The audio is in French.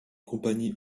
compagnie